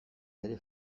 ere